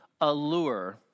allure